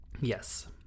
Yes